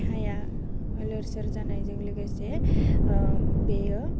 देहाया लोर सोर जानायजों लोगोसे बेयो